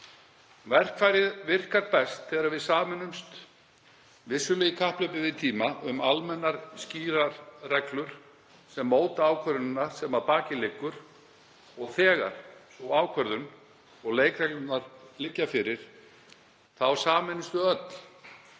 Verkfærið virkar best þegar við sameinumst, vissulega í kapphlaupi við tímann, um almennar skýrar reglur sem móta ákvörðunina sem að baki liggur. Þegar sú ákvörðun og leikreglurnar liggja fyrir þá sameinumst við